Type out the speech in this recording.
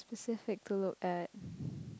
specific to look at